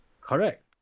Correct